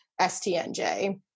STNJ